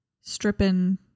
stripping